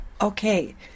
okay